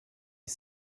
est